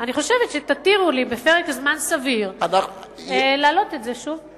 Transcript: אני חושבת שתתירו לי בפרק זמן סביר להעלות את זה שוב.